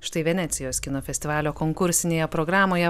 štai venecijos kino festivalio konkursinėje programoje